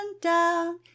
down